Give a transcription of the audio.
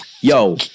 Yo